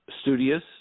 studious